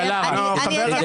ביותר --- שגית,